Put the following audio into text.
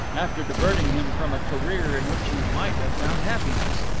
after diverting him from a career in which he might have found happiness.